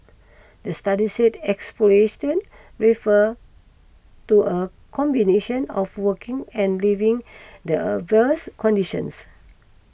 the study said exploitation refers to a combination of working and living adverse conditions